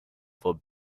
for